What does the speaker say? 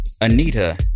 Anita